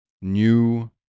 new